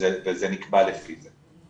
וזה נקבע לפי זה.